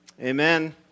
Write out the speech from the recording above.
Amen